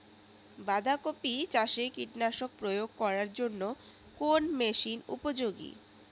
বাঁধা কপি চাষে কীটনাশক প্রয়োগ করার জন্য কোন মেশিন উপযোগী?